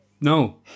No